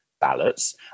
ballots